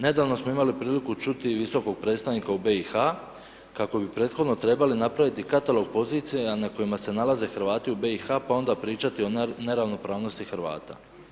Nedavno smo imali priliku čuti i visokog predstavnika BiH kako bi prethodno trebali napraviti katalog pozicija na kojima se nalaze Hrvati u BiH, pa onda pričati o neravnopravnosti Hrvata.